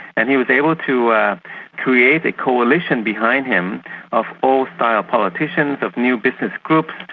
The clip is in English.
and he was able to create a coalition behind him of old-style politicians, of new business groups,